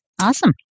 Awesome